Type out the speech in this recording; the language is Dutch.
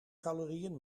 calorieën